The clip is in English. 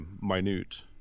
minute